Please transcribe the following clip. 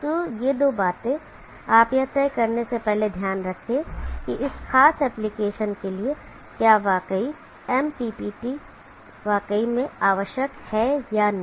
तो ये दो बातें आप यह तय करने से पहले ध्यान रखें कि इस खास एप्लीकेशन के लिए क्या MPPT वाकई में आवश्यक है या नहीं